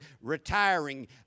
retiring